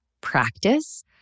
practice